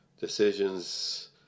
decisions